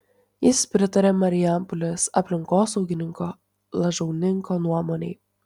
jis pritarė marijampolės aplinkosaugininko lažauninko nuomonei